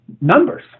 numbers